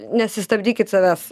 nesistabdykit savęs